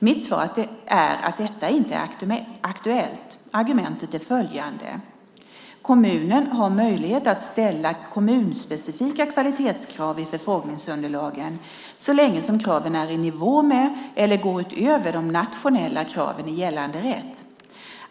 Mitt svar är att detta inte är aktuellt. Argumenten är följande: Kommunen har möjlighet att ställa kommunspecifika kvalitetskrav i förfrågningsunderlagen så länge som kraven är i nivå med eller går utöver de nationella kraven i gällande rätt.